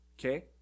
okay